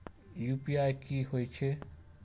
UPI की हेछे?